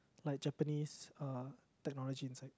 like Japanese uh technology inside